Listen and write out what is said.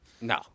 No